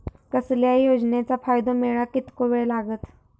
कसल्याय योजनेचो फायदो मेळाक कितको वेळ लागत?